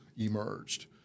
emerged